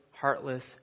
heartless